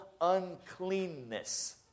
uncleanness